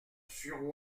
sur